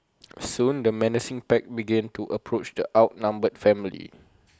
soon the menacing pack began to approach the outnumbered family